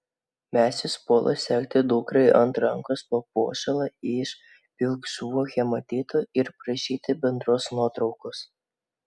mesis puola segti dukrai ant rankos papuošalą iš pilkšvų hematitų ir prašyti bendros nuotraukos